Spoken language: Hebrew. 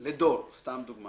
לדור, סתם דוגמה